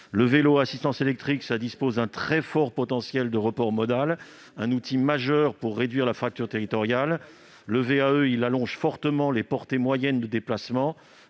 Le vélo à assistance électrique (VAE), qui a un très fort potentiel de report modal, est un outil majeur pour réduire la fracture territoriale. Il allonge en effet fortement les portées moyennes de déplacement,